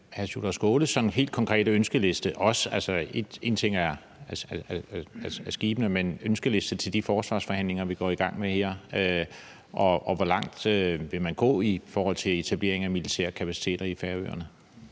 er skibene, men hvad er hr. Sjúrður Skaales sådan helt konkrete ønskeliste til de forsvarsforhandlinger, vi går i gang med her, og hvor langt vil man gå i forhold til etablering af militære kapaciteter i Færøerne?